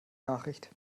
nachricht